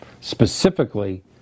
specifically